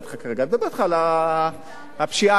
אני מדבר אתך על הפשיעה הקלאסית.